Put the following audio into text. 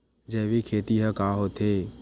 जैविक खेती ह का होथे?